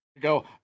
go